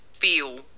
feel